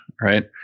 right